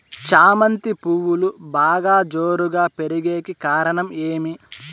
చామంతి పువ్వులు బాగా జోరుగా పెరిగేకి కారణం ఏమి?